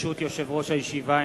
ברשות יושב-ראש הישיבה,